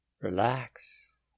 Relax